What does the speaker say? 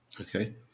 Okay